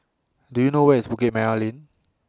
Do YOU know Where IS Bukit Merah Lane